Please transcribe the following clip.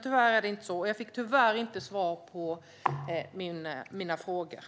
Tyvärr är det inte så, och jag fick tyvärr inte svar på mina frågor.